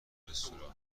رستوران